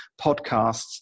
podcasts